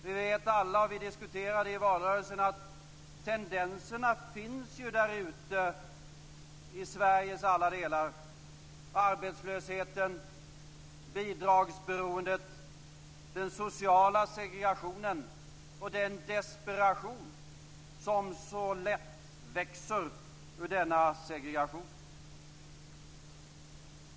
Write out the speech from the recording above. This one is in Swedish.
Vi vet alla - och vi diskuterade det i valrörelsen - att tendenserna finns därute i Sveriges alla delar. Det gäller arbetslösheten, bidragsberoendet, den sociala segregationen och den desperation som så lätt växer ur denna segregation.